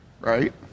Right